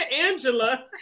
Angela